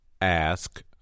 Ask